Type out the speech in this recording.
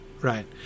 right